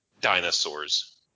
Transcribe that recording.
dinosaurs